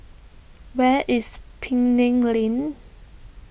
where is Penang Lane